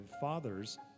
fathers